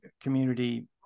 community